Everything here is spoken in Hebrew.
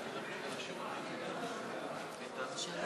59